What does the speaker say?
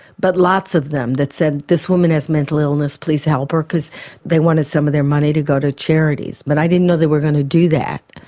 but lots of them, that said this woman has mental illness please help her because they wanted some of their money to go to charities. but i didn't know they were going to do that,